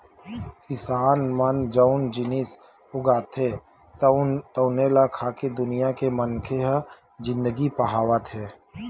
किसान मन जउन जिनिस उगाथे तउने ल खाके दुनिया के मनखे ह जिनगी पहावत हे